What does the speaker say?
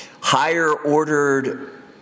higher-ordered